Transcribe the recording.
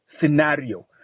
scenario